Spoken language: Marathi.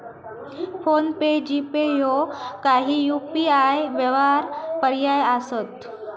फोन पे, जी.पे ह्यो काही यू.पी.आय व्यवहार पर्याय असत